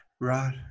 Right